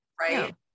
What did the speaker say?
Right